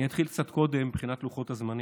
אני אתחיל קצת קודם מבחינת לוחות הזמנים.